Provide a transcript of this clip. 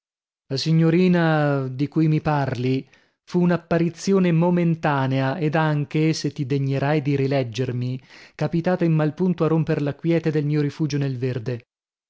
la signorina di cui mi parli fu un'apparizione momentanea ed anche se ti degnerai di rileggermi capitata in mal punto a romper la quiete del mio rifugio nel verde